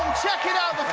check it out.